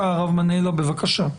הרב מנלה, בבקשה.